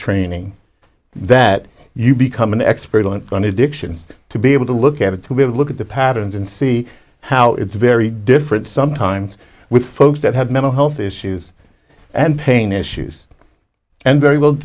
training that you become an expert on going to dictions to be able to look at it to have a look at the patterns and see how it's very different sometimes with folks that have mental health issues and pain issues and very well